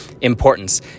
Importance